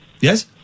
Yes